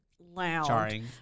loud